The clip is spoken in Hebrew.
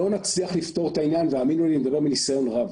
לא נצליח לפתור את העניין והאמינו לי אני מדבר מניסיון רב.